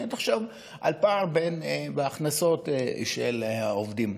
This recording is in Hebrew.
תחשוב על הפערים בהכנסות של העובדים,